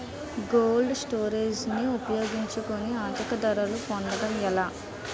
Cold storage ని ఉపయోగించుకొని అధిక ధరలు పొందడం ఎలా?